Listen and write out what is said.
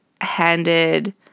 handed